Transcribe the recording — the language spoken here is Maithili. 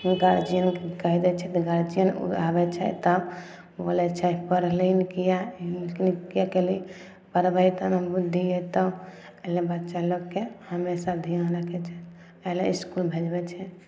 गार्जियनके कही दै छै तऽ गार्जियन आबै छै तब बोलै छै पढ़लीहीन किया किए केलही पढ़बही तब ने बुद्धि एतौ अइला बच्चा लोक के हमेशा ध्यान रखे के चाही पहिले ईस्कूल भेजबै छै